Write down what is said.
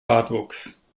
bartwuchs